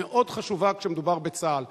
היא מאוד חשובה כשמדובר בצה"ל.